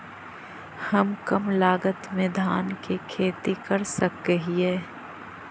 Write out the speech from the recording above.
हम कम लागत में धान के खेती कर सकहिय?